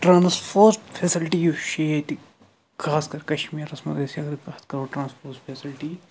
transport facility یُس چھ ییٚتہِ خاص کر کَشمیٖرَس مَنٛز أسۍ اگر کتھ کرو ٹرٛانسپورٹ فیسَلٹی